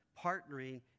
partnering